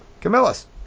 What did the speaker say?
Camillus